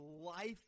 life